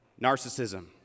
narcissism